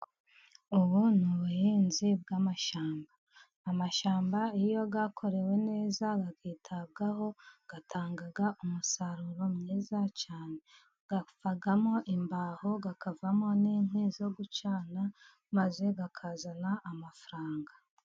Ubu ni ubuhinzi bw'amashyamba. Amashyamba iyo akorewe neza akitabwaho, atangaga umusaruro mwiza cyane. Avamo imbaho, akavamo n'inkwi zo gucana maze akazana amafaranga.